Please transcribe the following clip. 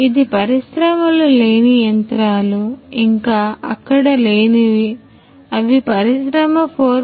ఇది పరిశ్రమలు లేని యంత్రాలు ఇంకా అక్కడ లేనివి అవి పరిశ్రమ 4